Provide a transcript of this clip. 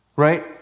right